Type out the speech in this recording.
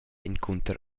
encunter